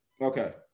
Okay